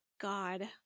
God